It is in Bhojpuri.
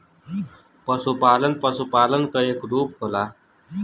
पसुपालन पसुपालन क एक रूप होला